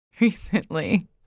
recently